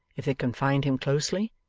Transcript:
if they confined him closely,